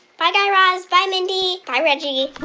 bye, guy raz. bye, mindy. bye, reggie